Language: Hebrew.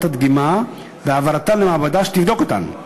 הדגימות והעברתן למעבדה שתבדוק אותן.